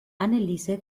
anneliese